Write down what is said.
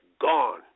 gone